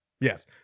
Yes